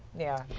yeah.